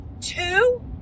Two